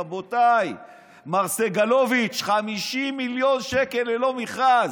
רבותיי, מר סגלוביץ', 50 מיליון שקל ללא מכרז.